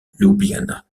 ljubljana